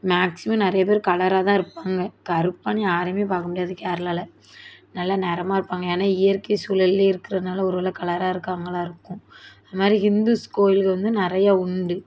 maximum நிறையப் பேர் கலராக தான் இருப்பாங்க கருப்புனு யாரும் பார்க்கமுடியாது கேரளாவில் நல்லா நிறமா இருப்பாங்க ஏன்னா இயற்கை சூழல்லேயே இருக்கிறதுனால ஒருவேளை கலராக இருக்காங்களா இருக்கும் அதுமாதிரி ஹிந்துஸ் கோயில்கள் வந்து நிறையா உண்டு